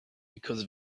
because